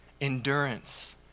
endurance